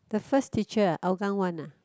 the first teacher Hougang one ah